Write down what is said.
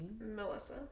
melissa